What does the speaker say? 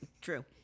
True